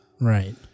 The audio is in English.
right